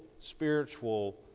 spiritual